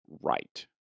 right